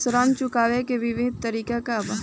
ऋण चुकावे के विभिन्न तरीका का बा?